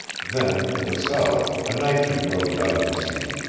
then, to the south, aneiteum rose out of the sea,